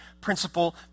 principle